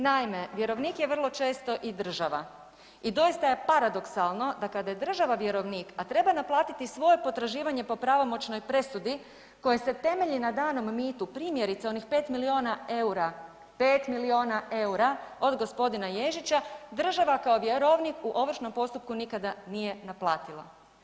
Naime, vjerovnik je vrlo često i država i doista je paradoksalno da kada je država vjerovnik, a treba naplatiti svoje potraživanje po pravomoćnoj presudi koja se temelji na danom mitu, primjerice, onih 5 milijuna eura, 5 milijuna eura od g. Ježića, država kao vjerovnik u ovršnom postupku nikada nije naplatila.